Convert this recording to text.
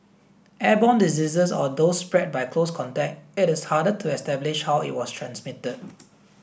airborne diseases or those spread by close contact it is harder to establish how it was transmitted